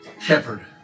Shepard